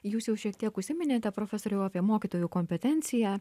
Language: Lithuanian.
jūs jau šiek tiek užsiminėte profesoriau apie mokytojų kompetenciją